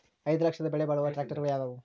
ಐದು ಲಕ್ಷದ ಬೆಲೆ ಬಾಳುವ ಟ್ರ್ಯಾಕ್ಟರಗಳು ಯಾವವು?